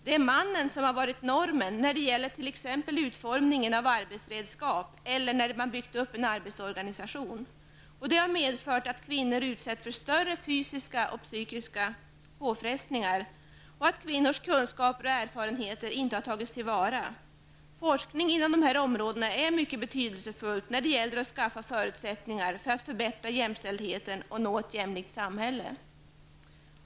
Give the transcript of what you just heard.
Det är mannen som har varit normen t.ex. när det gäller utformningen av arbetsredskap eller när man har byggt upp en arbetsorganisation. Det har medfört att kvinnor utsätts för större fysiska och psykiska påfrestningar och att kvinnors kunskaper och erfarenheter inte har tagits till vara. Forskning inom de här områdena är mycket betydelsefull när det gäller att skapa förutsättningar för att förbättra jämställdheten och nå ett jämlikt samhälle.